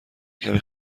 کمی